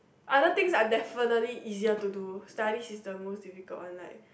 other things are definitely easier to do studies is the most difficult one like